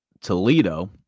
Toledo